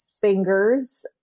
fingers